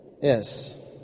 Yes